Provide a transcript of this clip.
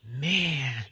Man